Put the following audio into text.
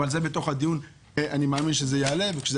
אבל אני מאמין שזה יעלה בתוך הדיון וכשזה